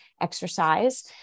exercise